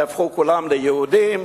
נהפכו כולם ליהודים,